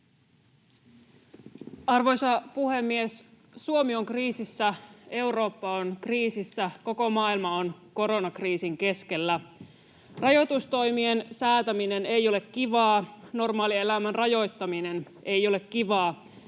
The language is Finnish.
Arvoisa puhemies! Suomi on kriisissä, Eurooppa on kriisissä, koko maailma on koronakriisin keskellä. Rajoitustoimien säätäminen ei ole kivaa. Normaalielämän rajoittaminen ei ole kivaa.